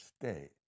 stay